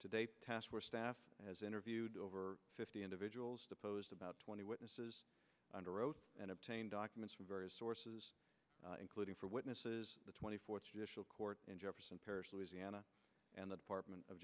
today task force staff has interviewed over fifty individuals deposed about twenty witnesses under oath and obtain documents from various sources including for witnesses the twenty fourth judicial court in jefferson parish louisiana and the department of